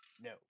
no